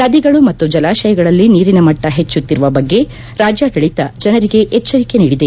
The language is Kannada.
ನದಿಗಳು ಮತ್ತು ಜಲಾಶಯಗಳಲ್ಲಿ ನೀರಿನ ಮಟ್ಟ ಹೆಚ್ಚುತ್ತಿರುವ ಬಗ್ಗೆ ರಾಜ್ನಾಡಳಿತ ಜನರಿಗೆ ಎಚ್ಗರಿಕೆ ನೀಡಿದೆ